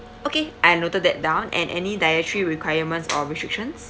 okay I noted that down and any dietary requirements or restrictions